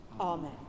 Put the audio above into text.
Amen